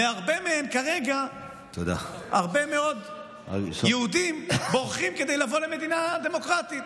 ומהרבה מהן כרגע הרבה מאוד יהודים בורחים כדי לבוא למדינה דמוקרטית.